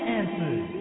answers